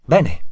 Bene